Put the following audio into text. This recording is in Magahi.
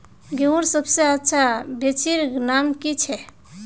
गेहूँर सबसे अच्छा बिच्चीर नाम की छे?